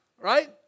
right